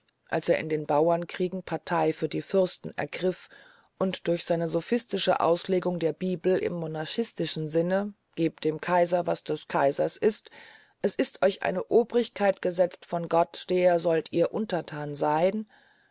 als er in den bauernkriegen partei für die fürsten ergriff und durch seine sophistische auslegung der bibel im monarchistischen sinne gebt dem kaiser was des kaisers ist es ist euch eine obrigkeit gesetzt von gott der sollt ihr untertan sein